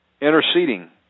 interceding